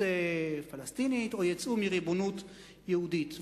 פלסטינית או יצאו מריבונות יהודית.